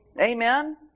Amen